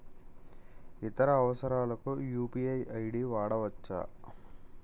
ఇతర అవసరాలకు UPI ID వాడవచ్చా?